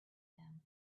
them